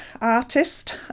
artist